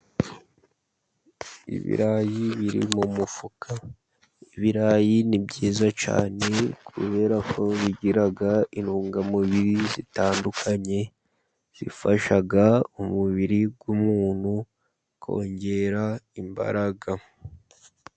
Ibirayi biri mu mufuka, ibirayi ni byiza cyane, kubera ko bigira intungamubiri zitandukanye, zifasha umubiri w'umuntu kongera imbaraga.